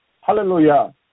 Hallelujah